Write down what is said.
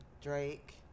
Drake